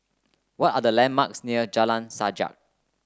what are the landmarks near Jalan Sajak